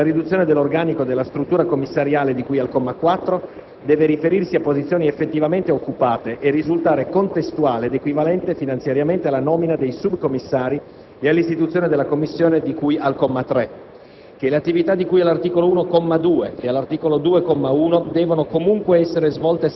precisando espressamente: - in relazione all'articolo 1 del decreto-legge in conversione, che la riduzione dell'organico della struttura commissariale di cui al comma 4 deve riferirsi a posizioni effettivamente occupate e risultare contestuale ed equivalente finanziariamente alla nomina dei sub-commissari e all'istituzione della Commissione di cui al comma 3;